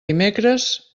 dimecres